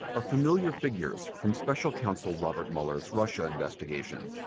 are familiar figures from special counsel robert mueller's russia investigation.